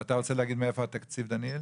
אתה רוצה להגיד מאיפה התקציב, דניאל?